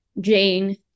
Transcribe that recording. Jane